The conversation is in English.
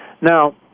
Now